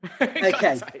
Okay